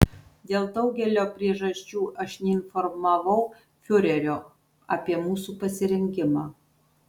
dėl daugelio priežasčių aš neinformavau fiurerio apie mūsų pasirengimą